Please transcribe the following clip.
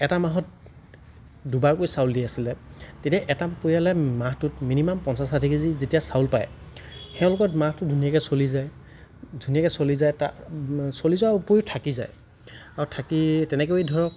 এটা মাহত দুবাৰকৈ চাউল দি আছিলে তেতিয়া এটা পৰিয়ালে মাহটোত মিনিমাম পঞ্চাছ ষাঠি কেজি যেতিয়া চাউল পায় তেওঁলোকৰ মাহটো ধুনীয়াকৈ চলি যায় ধুনীয়াকৈ চলি যায় তাৰ চলি যোৱাৰ ওপৰিও থাকি যায় আৰু থাকি তেনেকৈ ধৰক